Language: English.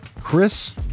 Chris